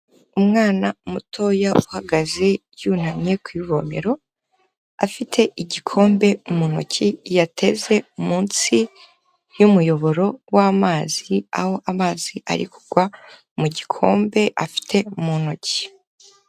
Umwana mutoya uhagaze yunamye ku ivomero, afite igikombe mu ntoki yateze munsi y'umuyoboro w'amazi, aho amazi ari kugwa mu gikombe afite mu ntoki.